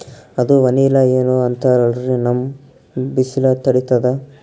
ಅದು ವನಿಲಾ ಏನೋ ಅಂತಾರಲ್ರೀ, ನಮ್ ಬಿಸಿಲ ತಡೀತದಾ?